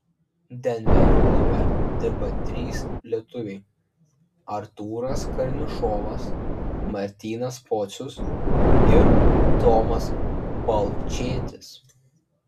denverio klube dirba trys lietuviai artūras karnišovas martynas pocius ir tomas balčėtis